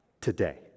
today